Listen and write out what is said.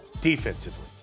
Defensively